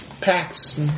packs